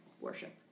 worship